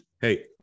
Hey